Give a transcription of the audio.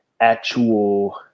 actual